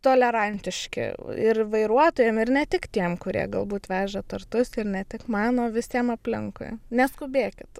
tolerantiški ir vairuotojam ir ne tik tiem kurie galbūt veža tortus ir ne tik man o visiem aplinkui neskubėkit